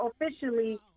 officially